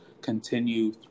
continue